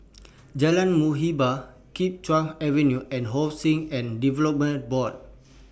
Jalan Muhibbah Kim Chuan Avenue and Housing and Development Board